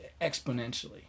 exponentially